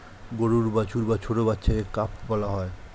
গরুর বাছুর বা ছোট্ট বাচ্ছাকে কাফ বলা হয়